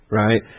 right